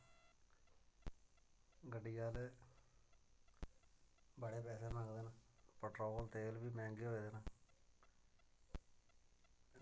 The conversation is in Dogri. गड्डी आह्ले बड़े पैहे मंगदा पेट्रोल तेल बी मैंह्गे होए दे न